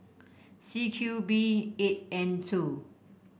C Q B eight N